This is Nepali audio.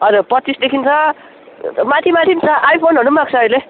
हजुर पच्चिसदेखि छ माथि माथि पनि छ आइफोनहरू पनि आएको छ अहिले